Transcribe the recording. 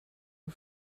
are